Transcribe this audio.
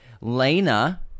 Lena